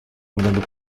andando